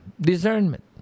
discernment